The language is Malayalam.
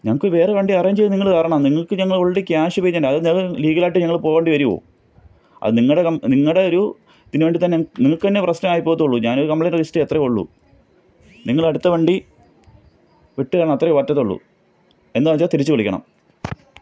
ഞങ്ങൾക്ക് വേറെ വണ്ടി അറേഞ്ച് ചെയ്തു നിങ്ങൾ തരണം നിങ്ങൾക്ക് ഞങ്ങൾ ആൾറെഡി ക്യാഷ് പേ ചെയ്തിട്ടുണ്ട് അതോ ഞങ്ങൾ ലീഗലായിട്ട് ഞങ്ങൾ പോകേണ്ടിവരുമോ അത് നിങ്ങളുടെ നിങ്ങളുടെ ഒരു ഇതിനു വേണ്ടിത്തന്നെ ഞങ്ങൾക്ക് നിങ്ങൾക്ക് തന്നെ പ്രശ്നമായി പോകത്തെ ഉള്ളു ഞാനൊരു കംപ്ലൈൻ്റ് രജിസ്റ്റർ ചെയ്യാം അത്രേ ഉള്ളു നിങ്ങൾ അടുത്ത വണ്ടി വിട്ടുതരണം അത്രയേ പറ്റത്തുള്ളു എന്താണെന്നു വച്ചാൽ തിരിച്ച് വിളിക്കണം